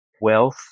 wealth